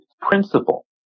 principle